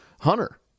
Hunter